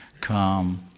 come